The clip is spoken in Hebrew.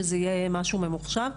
שזה יהיה משהו ממוחשב.